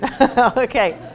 Okay